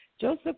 joseph